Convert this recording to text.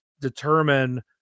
determine